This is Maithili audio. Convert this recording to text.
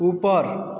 ऊपर